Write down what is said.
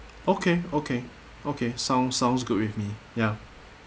okay okay okay sound sounds good with me ya